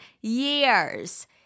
years